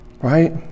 right